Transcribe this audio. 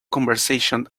conversation